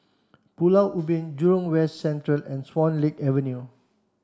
Pulau Ubin Jurong West Central and Swan Lake Avenue